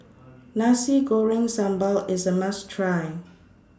Nasi Goreng Sambal IS A must Try